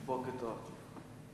בוקר טוב.